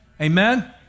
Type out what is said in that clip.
Amen